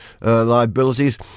liabilities